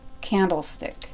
Candlestick